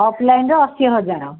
ଅଫ୍ଲାଇନ୍ରେ ଅଶୀ ହଜାର